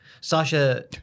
Sasha